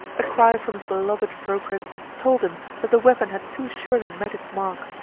a cry from his beloved procris told him that the weapon had too surely met its mark.